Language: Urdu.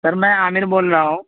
سر میں عامر بول رہا ہوں